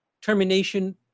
termination